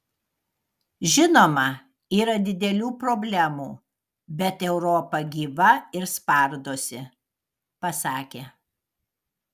žinoma yra didelių problemų bet europa gyva ir spardosi pasakė